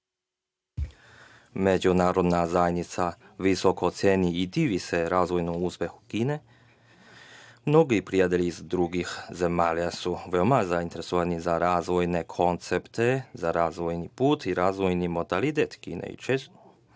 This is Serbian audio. Međunarodna zajednica visoko ceni i divi se razvojnom uspehu Kine. Mnogi prijatelji iz drugih zemalja su veoma zainteresovani za razvojne koncepte, za razvojni put i razvojni modalitet Kine i često